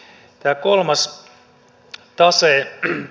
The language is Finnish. tämä kolmas tase